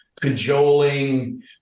Cajoling